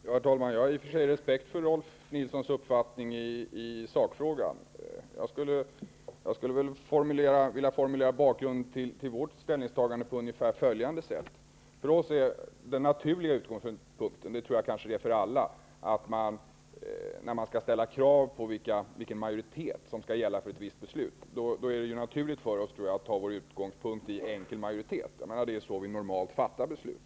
Herr talman! Jag har i och för sig respekt för Rolf Nilsons uppfattning i sakfrågan. Jag skulle vilja formulera bakgrunden till vårt ställningstagande på ungefär följande sätt. När det gäller vilken majoritet som skall krävas för ett visst beslut är det för oss naturligt att utgå från enkel majoritet -- det är det kanske för alla. Det är så vi normalt fattar beslut.